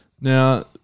Now